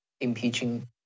impeaching